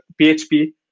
php